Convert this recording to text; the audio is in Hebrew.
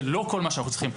זה לא כל מה שאנחנו צריכים,